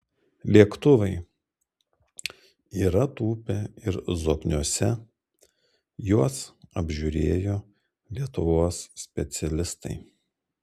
lėktuvai yra tūpę ir zokniuose juos apžiūrėjo lietuvos specialistai